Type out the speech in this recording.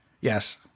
Yes